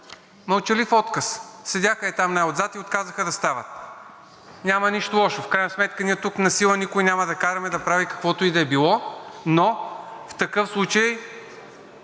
мълчалив отказ. Седяха там най-отзад и отказваха да стават. Няма нищо лошо, но в крайна сметка ние тук насила никой няма да караме да прави каквото и да е било. В такъв случай